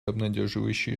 обнадеживающие